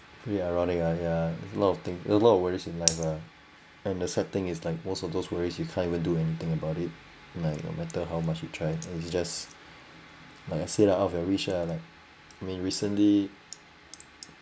pretty ironic ah yeah a lot of things a lot of worries in life ah and the sad thing is like most of those worries you can't even do anything about it like no matter how much you try and it's just like I said lah out of your reach ah I mean like recently